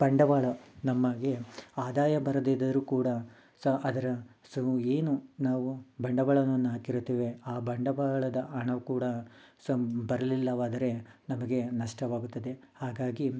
ಬಂಡವಾಳ ನಮಗೆ ಆದಾಯ ಬರದಿದ್ದರೂ ಕೂಡ ಸೊ ಅದರ ಸೊ ಏನು ನಾವು ಬಂಡವಾಳವನ್ನು ಹಾಕಿರುತ್ತೇವೆ ಆ ಬಂಡವಾಳದ ಹಣ ಕೂಡ ಸೊ ಬರಲಿಲ್ಲವಾದರೆ ನಮಗೆ ನಷ್ಟವಾಗುತ್ತದೆ ಹಾಗಾಗಿ